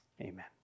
Amen